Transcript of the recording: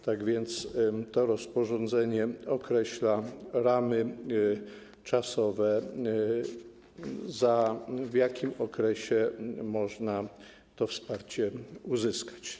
Tak więc rozporządzenie określa ramy czasowe, to, w jakim okresie można to wsparcie uzyskać.